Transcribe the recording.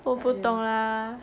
我不懂 lah